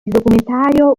documentario